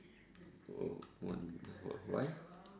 oh why